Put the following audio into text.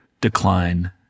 decline